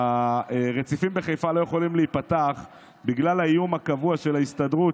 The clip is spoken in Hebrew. הרציפים בחיפה לא יכולים להיפתח בגלל האיום הקבוע של ההסתדרות,